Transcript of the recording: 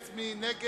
מי נגד?